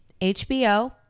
HBO